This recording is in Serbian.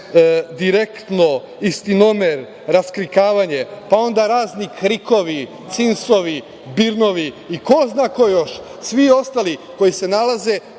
„Direktno“, „Istinomer“, „Raskrinkravanje“, pa onda razni „krikovi“, „cinsovi“, „birnovi“ i ko zna ko još, svi ostali koji se nalaze